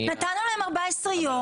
נתנו להם 14 יום.